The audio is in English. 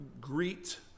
Greet